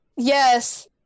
Yes